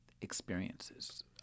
experiences